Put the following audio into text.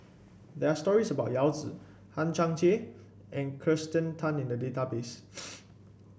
there are stories about Yao Zi Hang Chang Chieh and Kirsten Tan in the database